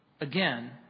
Again